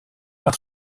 par